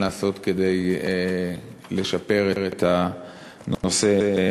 היא: מה ניתן לעשות כדי לשפר את הנושא הזה?